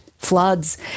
floods